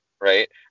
right